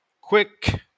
quick